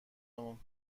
مون